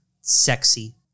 sexy